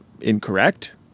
incorrect